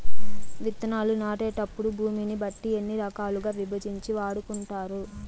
విత్తనాలు నాటేటప్పుడు భూమిని బట్టి ఎన్ని రకాలుగా విభజించి వాడుకుంటారు?